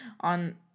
on